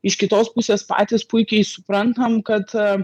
iš kitos pusės patys puikiai suprantam kad